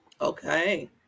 Okay